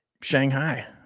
shanghai